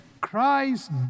Christ